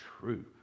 true